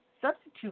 substitute